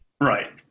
right